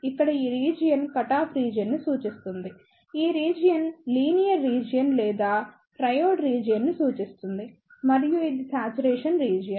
ఇక్కడ ఈ region cutoff region ని సూచిస్తుంది ఈ రీజియన్ లీనియర్ రీజియన్ లేదా ట్రైయోడ్ రీజియన్ ని సూచిస్తుంది మరియు ఇది శ్యాచురేషన్ రీజియన్